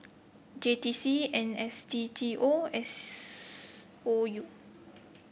J T C N S D G O and S O U